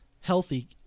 healthy